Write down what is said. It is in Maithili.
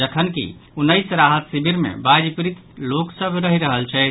जखनकि उन्नैस राहत शिविर मे बाढ़ि पीड़ित लोक सभ रहि रहल छथि